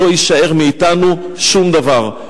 לא יישאר מאתנו שום דבר.